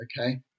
okay